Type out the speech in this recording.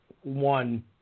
one